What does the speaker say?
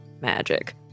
magic